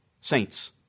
saints